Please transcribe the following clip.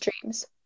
dreams